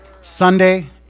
Sunday